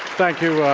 thank you, ah